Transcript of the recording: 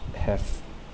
have